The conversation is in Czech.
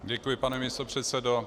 Děkuji, pane místopředsedo.